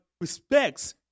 respects